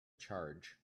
charge